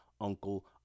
uncle